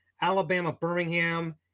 Alabama-Birmingham